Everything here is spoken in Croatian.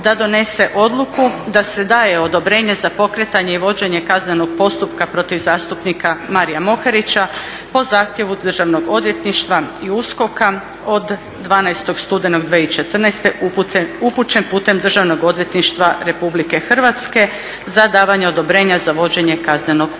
da donese odluku da se daje odobrenje za pokretanje i vođenje kaznenog postupka protiv zastupnika Maria Moharića po zahtjevu Državnog odvjetništva i USKOK-a od 12. studenog 2014. upućen putem Državnog odvjetništva Republike Hrvatske za davanje odobrenja za vođenje kaznenog postupka.